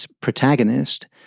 protagonist